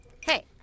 Hey